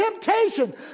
temptation